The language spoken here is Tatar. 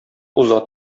уза